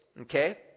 Okay